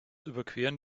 überqueren